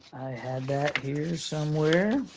had that here somewhere.